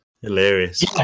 Hilarious